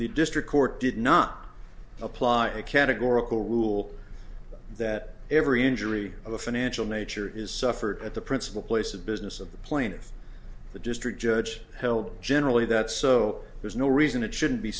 district court did not apply a categorical rule that every injury of a financial nature is suffered at the principal place of business of the plaintiff the district judge held generally that so there's no reason it shouldn't be